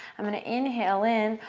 i'm going to inhale in.